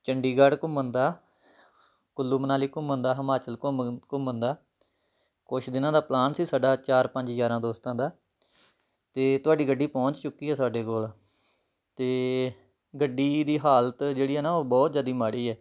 ਚੰਡੀਗੜ੍ਹ ਘੁੰਮਣ ਦਾ ਕੁੱਲੂ ਮਨਾਲੀ ਘੁੰਮਣ ਦਾ ਹਿਮਾਚਲ ਘੋਮਨ ਘੁੰਮਣ ਦਾ ਕੁਛ ਦਿਨਾਂ ਦਾ ਪਲਾਨ ਸੀ ਸਾਡਾ ਚਾਰ ਪੰਜ ਯਾਰਾਂ ਦੋਸਤਾਂ ਦਾ ਅਤੇ ਤੁਹਾਡੀ ਗੱਡੀ ਪਹੁੰਚ ਚੁੱਕੀ ਆ ਸਾਡੇ ਕੋਲ ਅਤੇ ਗੱਡੀ ਦੀ ਹਾਲਤ ਜਿਹੜੀ ਆ ਨਾ ਉਹ ਬਹੁਤ ਜ਼ਿਆਦਾ ਮਾੜੀ ਹੈ